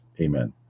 Amen